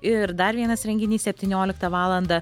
ir dar vienas renginys septynioliktą valandą